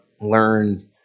learn